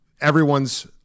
everyone's